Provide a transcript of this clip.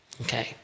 Okay